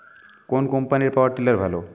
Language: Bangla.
কোন কম্পানির পাওয়ার টিলার ভালো?